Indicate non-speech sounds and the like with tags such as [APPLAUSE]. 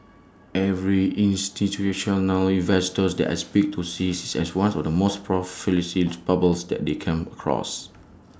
every institutional investors that I speak to sees IT as one of the most [UNINTELLIGIBLE] bubbles that they came across